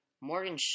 Morgan